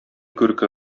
күрке